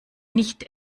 nicht